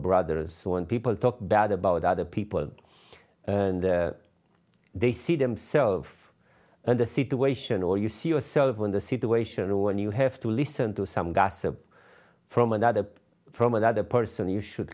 brothers so when people talk bad about other people and they see themselves in the situation or you see yourself in the situation or when you have to listen to some gossip from another from another person you should